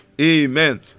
Amen